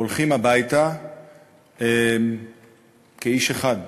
הולכים הביתה כאיש אחד.